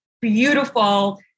beautiful